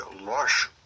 lush